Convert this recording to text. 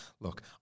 Look